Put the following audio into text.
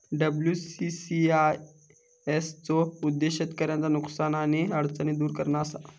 WBCIS चो उद्देश्य शेतकऱ्यांचा नुकसान आणि अडचणी दुर करणा असा